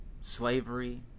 slavery